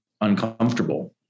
uncomfortable